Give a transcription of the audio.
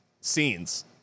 Scenes